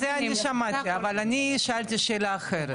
את זה אני שמעתי אבל אני שאלתי שאלה אחרת.